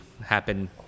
happen